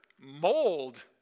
mold